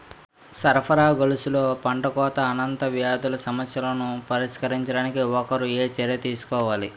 సరఫరా గొలుసులో పంటకోత అనంతర వ్యాధుల సమస్యలను పరిష్కరించడానికి ఒకరు ఏ చర్యలు తీసుకోవాలి?